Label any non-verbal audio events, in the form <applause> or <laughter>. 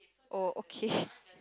oh okay <laughs>